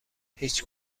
هیچ